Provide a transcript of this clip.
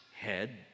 Head